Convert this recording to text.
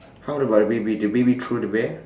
how about the baby the baby throw the bear